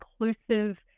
inclusive